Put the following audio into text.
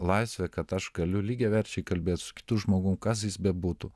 laisvė kad aš galiu lygiaverčiai kalbėt su kitu žmogum kas jis bebūtų